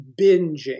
binging